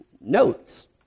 notes